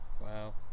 Wow